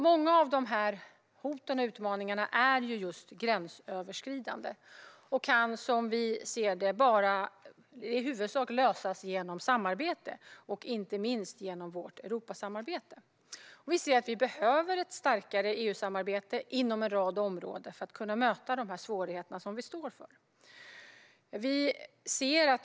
Många av dessa hot och utmaningar är gränsöverskridande och kan i huvudsak, som vi ser det, bara lösas genom samarbete, inte minst vårt Europasamarbete. Vi behöver ett starkare EU-samarbete på en rad områden för att kunna möta de svårigheter vi står inför.